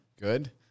Good